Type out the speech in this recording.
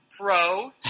Pro